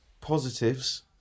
Positives